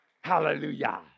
Hallelujah